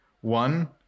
One